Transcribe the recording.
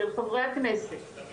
של חברי הכנסת,